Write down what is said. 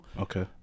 Okay